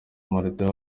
martin